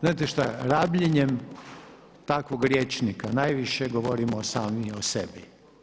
znate šta rabljenjem takvog rječnika najviše govorimo sami o sebi.